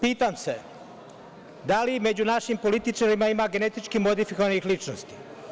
Pitam se da li među našim političarima ima genetički modifikovanih ličnosti.